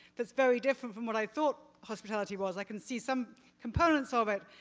that's very different from what i thought hospitality was. i can see some components of it.